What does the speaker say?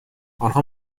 آنها